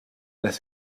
las